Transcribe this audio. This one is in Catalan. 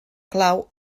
clau